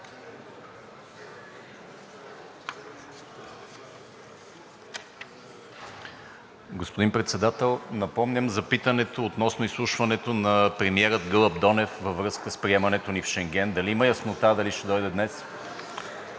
Господин Председател, напомням за питането относно изслушването на премиера Гълъб Донев във връзка с приемането ни в Шенген. Има ли яснота дали ще дойде днес?